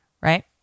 Right